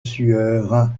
sueur